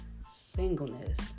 singleness